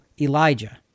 Elijah